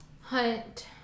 Hunt